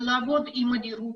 ולעבוד עם הדירוג,